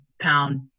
pound